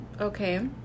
Okay